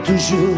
Toujours